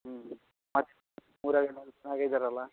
ಹ್ಞೂ ಹ್ಞೂ ಮತ್ತು ಊರಾಗೆಲ್ಲರೂ ಚೆನ್ನಾಗೆ ಇದ್ದಾರಲ್ಲ